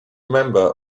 member